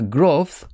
Growth